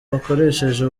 bakoresheje